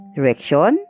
Direction